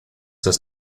says